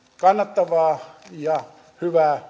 kannattavaa ja hyvää